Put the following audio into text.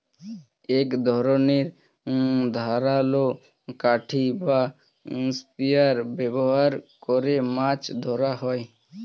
এক ধরনের ধারালো লাঠি বা স্পিয়ার ব্যবহার করে মাছ ধরা হয়